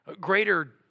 Greater